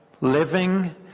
living